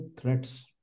threats